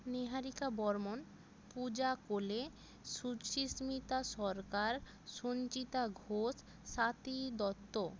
Niharika Barman Puja Kole Suchismita Sarkar Sanchita Ghosh Swati Dutta